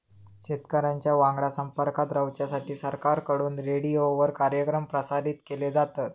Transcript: शेतकऱ्यांच्या वांगडा संपर्कात रवाच्यासाठी सरकारकडून रेडीओवर कार्यक्रम प्रसारित केले जातत